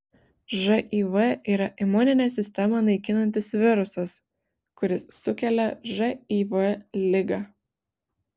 živ yra imuninę sistemą naikinantis virusas kuris sukelia živ ligą